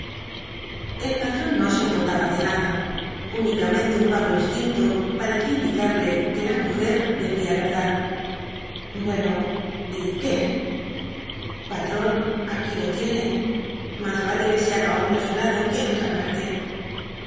el patrón no se acordaba de nada únicamente an tao instinto parecía indicarle que la mujer decía rerdad bueno y qué patrón aquí lo tiene más vale que se haga hombre á su lado que en otra parte